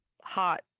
hot